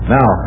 Now